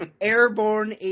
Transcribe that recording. Airborne